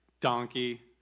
donkey